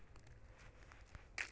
कम लग में हरा साग केना उपजाना चाही?